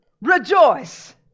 Rejoice